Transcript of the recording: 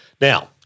Now